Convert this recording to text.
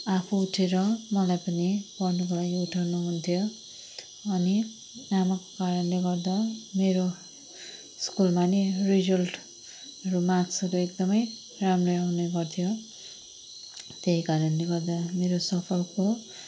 आफू उठेर मलाई पनि पढ्नुको लागि उठाउनु हुन्थ्यो अनि आमाको कारणले गर्दा मेरो स्कुलमा नि रिजल्टहरू मार्क्सहरू एकदमै राम्रै आउने गर्थ्यो त्यही कारणले गर्दा मेरो सफलको